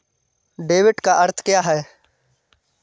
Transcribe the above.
Debit का अर्थ क्या है?